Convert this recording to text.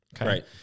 Right